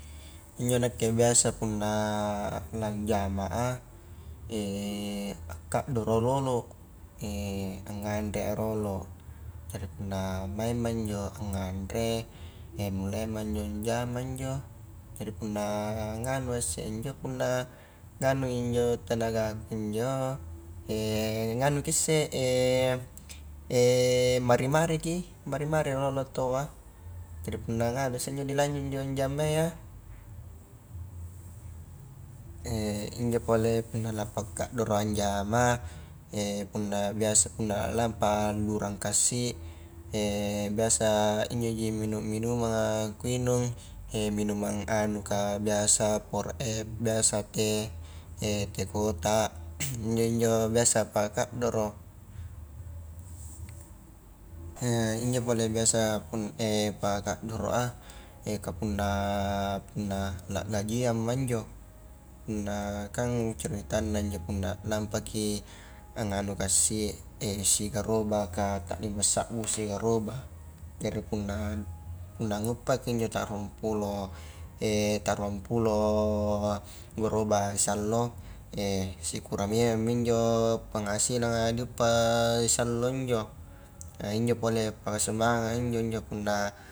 Injo nakke biasa punna lan jama a a kaddoro a rolo anganrea rolo jari punna maingma injo anganre mulaima injo njama injo jadi punna nganui isse injo punna nganui injo tenagaku injo nganuki isse mari-mariki mari-mari rolo taua jadi punna nganu isse injo dilanjut injo jamaia injo pole punna la pakkaddoroa njama punna biasa puna lampa a lurang kassi biasa injoji minum-minumanga kuinung minumang anukah biasa power f biasa teh teh kotak injo-injo biasa pakaddoro ya injo pole biasa pakaddoro a ka punna la gajiamma injo punnakan ceritanna injo punna lampaki anganu kassi sigarobak kah ta lima sabbu si garobak jari punna nguppakki injo ta ruang mpulo ta ruang pulo garoba siallo sikura memangmi injo penghasilanga diuppa siallo injo injo pole pasemangat injo punna